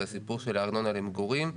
זה הסיפור של הארנונה למגורים.